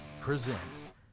presents